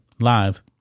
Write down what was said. Live